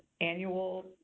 annual